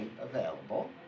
available